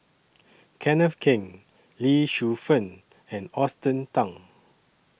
Kenneth Keng Lee Shu Fen and Austen